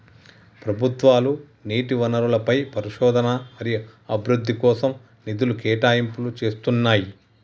ప్రభుత్వాలు నీటి వనరులపై పరిశోధన మరియు అభివృద్ధి కోసం నిధుల కేటాయింపులు చేస్తున్నయ్యి